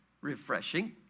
refreshing